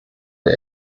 der